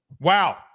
Wow